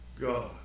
God